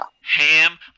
Ham